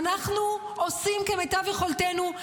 ואנחנו עושים כמיטב יכולתנו,